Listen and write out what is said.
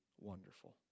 wonderful